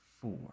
four